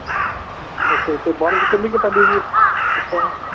okay ਅਤੇ ਬਾਰਿਸ਼ ਕਿੰਨੀ ਕੁ ਪੈਂਦੀ ਜੀ ਇਸ ਟਾਈਮ